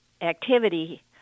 activity